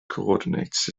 coordinates